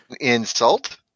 Insult